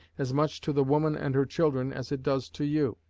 as much to the woman and her children as it does to you.